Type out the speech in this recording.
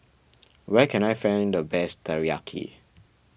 where can I find the best Teriyaki